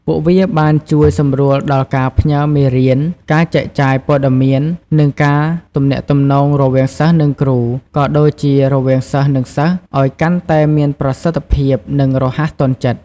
ពួកវាបានជួយសម្រួលដល់ការផ្ញើរមេរៀន ការចែកចាយព័ត៌មាន និងការទំនាក់ទំនងរវាងសិស្ស និងគ្រូ ក៏ដូចជារវាងសិស្សនិងសិស្សឲ្យកាន់តែមានប្រសិទ្ធភាព និងរហ័សទាន់ចិត្ត។